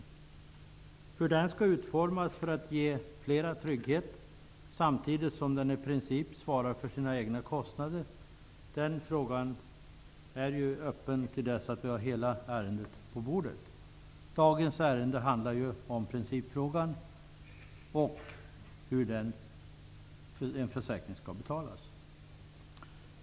Frågan om hur den skall utformas för att ge flera trygghet samtidigt som den i princip skall svara för sina egna kostnader är öppen fram till dess att hela ärendet ligger på bordet. Dagens ärende handlar om principfrågan hur försäkringen skall betalas.